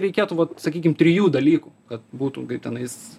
reikėtų vat sakykim trijų dalykų kad būtų kaip tenais